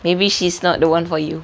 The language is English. maybe she's not the one for you